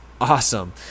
awesome